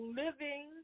living